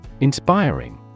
Inspiring